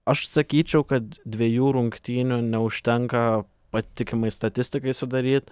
aš sakyčiau kad dvejų rungtynių neužtenka patikimai statistikai sudaryt